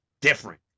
different